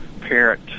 parent